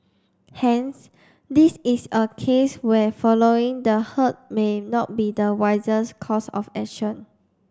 hence this is a case where following the herd may not be the wisest course of action